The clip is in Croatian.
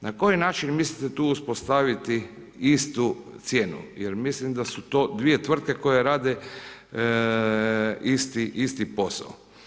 Na koji način mislite uspostaviti istu cijenu jer mislim da su to dvije tvrtke koje rade isti posao.